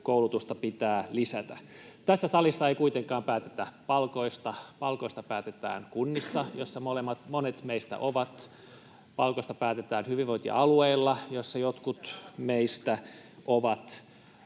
koulutusta pitää lisätä. Tässä salissa ei kuitenkaan päätetä palkoista. Palkoista päätetään kunnissa, joissa monet meistä ovat. Palkoista päätetään hyvinvointialueilla, joissa jotkut meistä ovat.